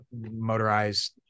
motorized